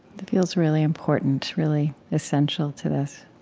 that feels really important, really essential to this?